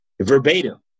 verbatim